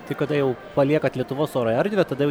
tai kada jau paliekat lietuvos oro erdvę tada jau